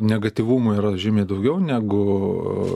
negatyvumo yra žymiai daugiau negu